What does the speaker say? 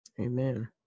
Amen